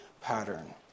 pattern